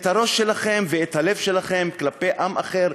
את הראש שלכם ואת הלב שלכם כלפי עם אחר,